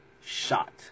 shot